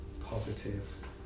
positive